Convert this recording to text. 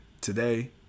today